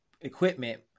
equipment